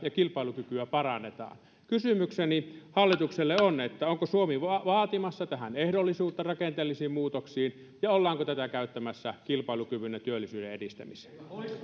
ja kilpailukykyä parannetaan kysymykseni hallitukselle on onko suomi vaatimassa ehdollisuutta rakenteellisiin muutoksiin ja ollaanko tätä käyttämässä kilpailukyvyn ja työllisyyden edistämiseen